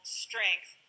strength